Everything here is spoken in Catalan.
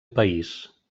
país